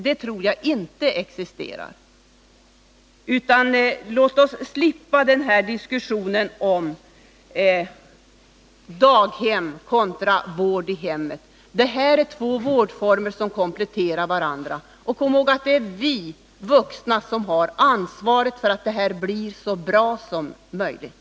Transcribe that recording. Låt oss därför slippa diskussionen om daghem kontra vård i hemmet. Det är två vårdformer som kompletterar varandra. Men vi skall komma ihåg att det är vi vuxna som har ansvaret för att det hela blir så bra som möjligt.